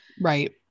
Right